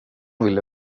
ville